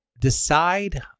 decide